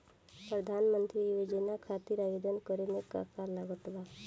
प्रधानमंत्री योजना खातिर आवेदन करे मे का का लागत बा?